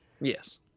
Yes